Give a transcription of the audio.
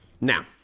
Now